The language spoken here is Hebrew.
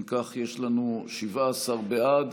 אם כך, יש לנו 17 בעד,